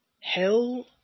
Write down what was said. hell